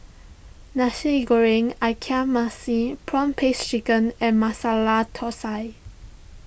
Nasi Goreng Ikan Masin Prawn Paste Chicken and Masala Thosai